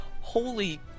Holy